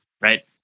right